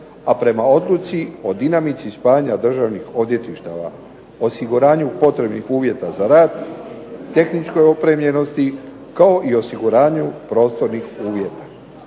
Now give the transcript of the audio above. a prema odluci o dinamici spajanja državnih odvjetništava, osiguranju potrebnih uvjeta za rad, tehničkoj opremljenosti, kao i osiguranju prostornih uvjeta.